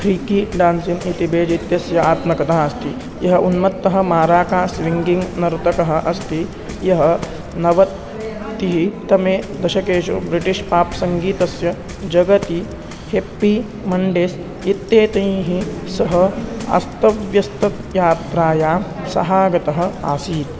freaky dancing इतिबेज् इत्यस्य आत्मकता अस्ति यः उन्मत्तः माराका स्विङ्गिङ्ग् नर्तकः अस्ति यः नवतितमे दशकेषु ब्रिटिश् पाप् सङ्गीतस्य जगति हेप्पी मण्डेस् इत्येतैः सः अस्तव्यस्तयात्रायां सहागतः आसीत्